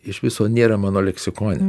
iš viso nėra mano leksikone